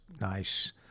nice